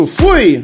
fui